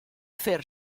fer